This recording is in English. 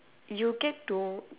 you get to